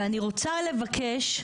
ואני רוצה לבקש,